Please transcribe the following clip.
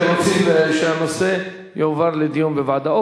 אתם רוצים שהנושא יועבר לדיון בוועדה.